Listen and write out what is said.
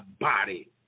body